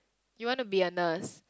you want to be a nurse